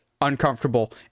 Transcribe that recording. uncomfortable